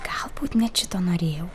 galbūt net šito norėjau